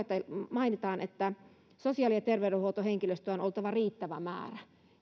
mainitaan että sosiaali ja terveydenhuoltohenkilöstöä on oltava riittävä määrä